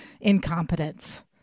incompetence